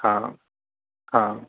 हा हा